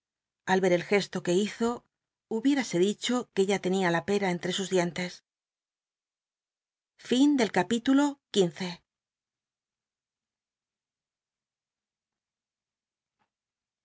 al yer el gesto c ue hizo hubiérase dicho r ue ya tenia la pera entre sus dientes